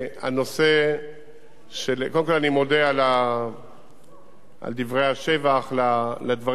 אני מודה על דברי השבח על הדברים שמתבצעים.